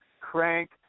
Crank